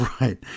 Right